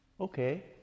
Okay